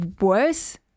worse